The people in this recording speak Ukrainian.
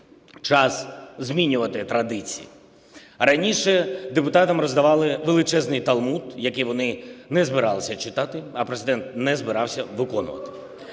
Час змінювати традиції. Раніше депутатам роздавали величезний талмуд, який вони не збиралися читати, а Президент не збирався виконувати.